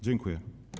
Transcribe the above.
Dziękuję.